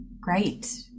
great